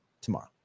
tomorrow